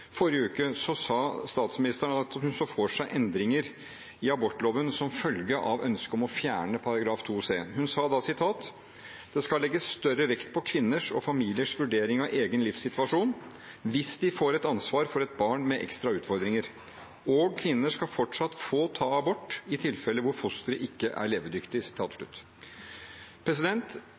forrige uke sa statsministeren at hun så for seg endringer i abortloven som følge av ønsket om å fjerne § 2c. Hun sa da at: «det skal legges større vekt på kvinnens og familiens vurdering av egen livssituasjon hvis de får ansvar for et barn med ekstra utfordringer, og at kvinner selvsagt fortsatt skal få ta abort i de tilfellene fosteret ikke er levedyktig».